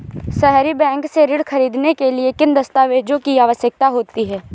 सहरी बैंक से ऋण ख़रीदने के लिए किन दस्तावेजों की आवश्यकता होती है?